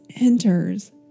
enters